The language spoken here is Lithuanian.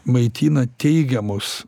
maitina teigiamus